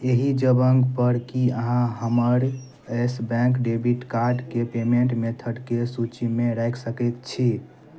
एहि जबँग पर की अहाँ हमर येस बैंक डेबिट कार्डके पेमेन्ट मेथड के सूचीमे राखि सकै छी